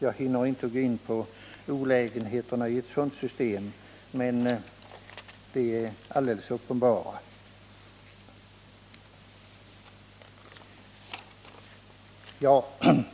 Jag hinner inte gå in på olägenheterna med ett sådant system, men de är alldeles uppenbara.